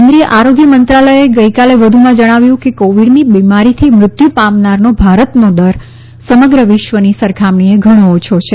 કેન્દ્રીય આરોગ્ય મંત્રાલયે ગઈકાલે વધુ જણાવ્યું છે કે કોવીડની બિમારીથી મૃત્યુ પામનારનો ભારતનો દર સમગ્ર વિશ્વની સરખામણીએ ઘણો ઓછો છે